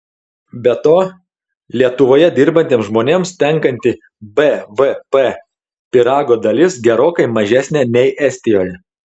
be to lietuvoje dirbantiems žmonėms tenkanti bvp pyrago dalis gerokai mažesnė nei estijoje